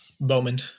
Bowman